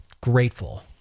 grateful